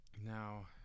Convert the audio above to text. Now